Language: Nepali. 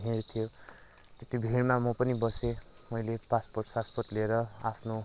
भिड थियो त्यो भिड़मा म पनि बसेँ मैले पासपोर्ट सासपोर्ट लिएर आफ्नो